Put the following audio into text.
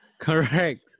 correct